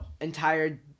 entire